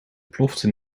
plofte